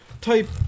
type